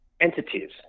entities